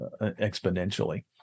exponentially